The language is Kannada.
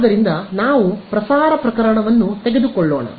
ಆದ್ದರಿಂದ ನಾವು ಪ್ರಸಾರ ಪ್ರಕರಣವನ್ನು ತೆಗೆದುಕೊಳ್ಳೋಣ